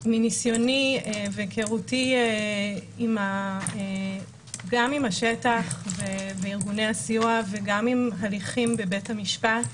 שמניסיוני והיכרותי גם עם השטח וארגוני הסיוע וגם עם הליכים בבית המשפט,